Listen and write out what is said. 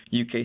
UK